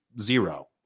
zero